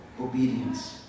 obedience